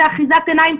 זה אחיזת עיניים.